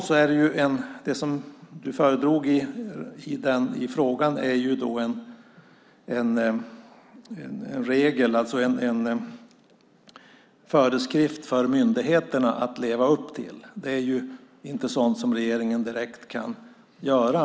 När det gäller fråga två är det en föreskrift för myndigheterna att leva upp till. Det är inte sådant som regeringen direkt kan göra.